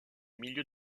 milieu